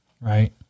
right